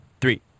three